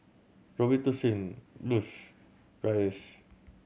Robitussin Lush Dreyers